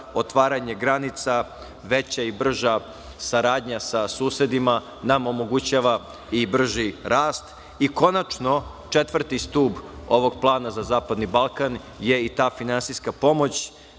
otvaranje granica, veća i brža saradnja sa susedima nam omogućava i brži rast. Konačno, četvrti stub ovog plana za Zapadni Balkan je i ta finansijska pomoć.